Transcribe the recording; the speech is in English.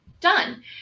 done